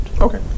Okay